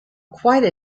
quite